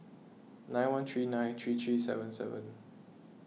nine one three nine three three seven seven